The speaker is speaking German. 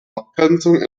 abgrenzung